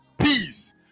peace